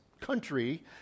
country